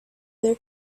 their